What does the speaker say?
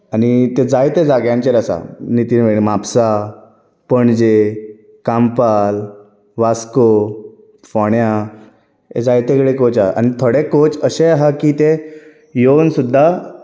आनी ते जायते जाग्यांचेर आसा नितीन म्हापसा पणजे काम्पाल वास्को फोंडे हे जायते वेळे कोच आसात आनी थोडे कोच अशेंय आसात की ते येवून सुद्दा